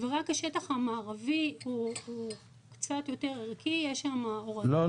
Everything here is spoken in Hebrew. ורק השטח המערבי הוא קצת יותר ערכי -- לא,